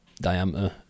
diameter